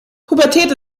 pubertät